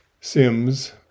Sims